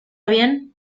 bien